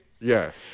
Yes